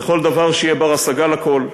לכל דבר שיהיה בר-השגה לכול,